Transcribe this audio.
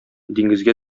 диңгезгә